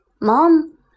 Mom